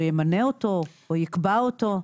או ימנה אותו או יקבע אותו?